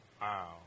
wow